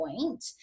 point